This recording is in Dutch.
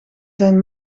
zijn